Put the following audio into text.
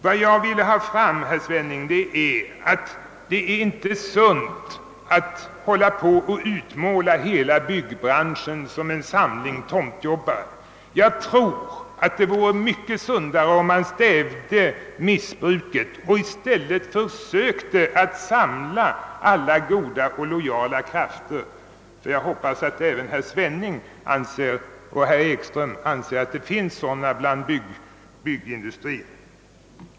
Vad jag ville ha fram, herr Svenning, är att det inte är sunt att utmåla hela byggbranschen som om den bestode enbart av en samling tomtjobbare. Det vore mycket sundare om man försökte stävja missbruket och i stället samlade alla goda och lojala krafter. Jag hoppas att både herr Svenning och herr Ekström i Iggesund anser att det finns sådana bland byggindustrins representanter.